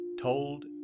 told